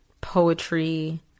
poetry